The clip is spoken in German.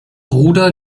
ruder